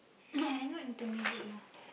but I not into music lah